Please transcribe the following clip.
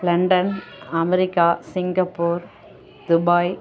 London America Singapore Dubai